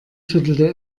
schüttelte